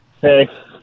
Hey